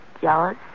jealous